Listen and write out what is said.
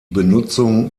benutzung